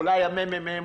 אולי הממ"מ,